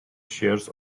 shares